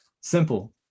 simple